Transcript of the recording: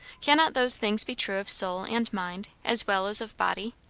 cannot those things be true of soul and mind, as well as of body?